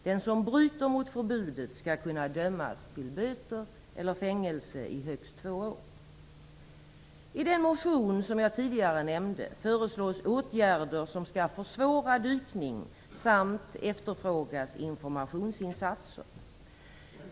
Den som bryter mot förbudet skall kunna dömas till böter eller fängelse i högst två år. I den motion som jag tidigare nämnde föreslås åtgärder som skall försvåra dykning samt efterfrågas informationsinsatser.